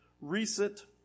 recent